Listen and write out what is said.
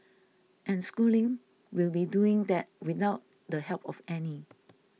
and Schooling will be doing that without the help of any